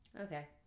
Okay